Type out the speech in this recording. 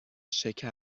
شکر